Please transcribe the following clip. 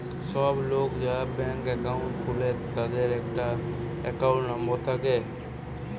সব লোক যারা ব্যাংকে একাউন্ট খুলে তাদের একটা একাউন্ট নাম্বার থাকে